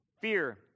fear